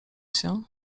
się